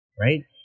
right